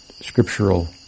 scriptural